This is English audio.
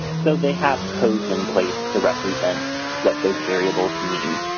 so they have codes in place to represent what those variables mean.